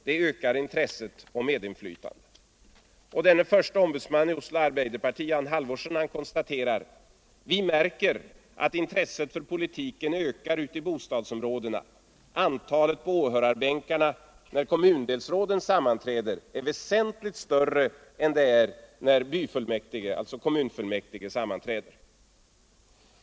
Det ökar intresset och medinflytandet.” Jan Halvorsen, förste ombudsman i Oslo Arbeiderparti, konstaterar: — Vi märker att intresset för politiken ökar ute i bostadsområden — antalet på åhörarbänkarna när kommundelsråden sammanträder är väsentligt större än det är när byfullmäktige — alltså kommunfullmäktige — sammanträder.